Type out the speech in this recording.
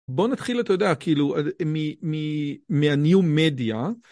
בוא נתחיל אתה יודע כאילו מהניו מדיה.